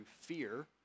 fear